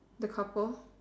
the couple